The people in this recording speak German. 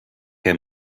herr